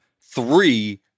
three